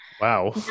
Wow